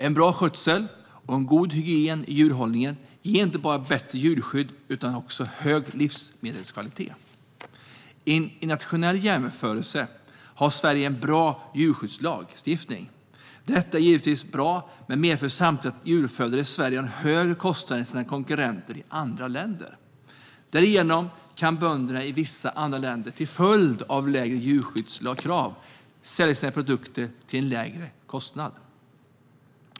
En bra skötsel och en god hygien i djurhållningen ger inte bara ett bättre djurskydd utan också en hög livsmedelskvalitet. I en internationell jämförelse har Sverige en bra djurskyddslagstiftning. Detta är givetvis bra men medför samtidigt att djuruppfödare i Sverige har högre kostnader än sina konkurrenter i andra länder. Därigenom kan bönderna i vissa andra länder, till följd av lägre djurskyddskrav, sälja sina produkter till en lägre kostnad.